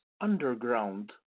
underground